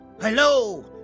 Hello